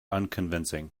unconvincing